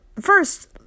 First